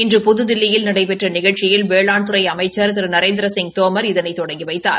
இன்று புதுதில்லியில் நடைபெற்ற நிகழ்ச்சியில் வேளாண்துறை அமைச்சர் திரு நரேந்திரசிங் தோமர் இதனை தொடங்கி வைத்தார்